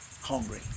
hungry